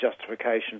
justification